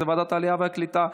ועדת העלייה והקליטה.